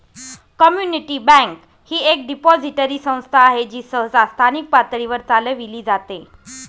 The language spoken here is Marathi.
कम्युनिटी बँक ही एक डिपॉझिटरी संस्था आहे जी सहसा स्थानिक पातळीवर चालविली जाते